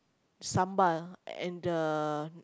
sambal and the